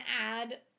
add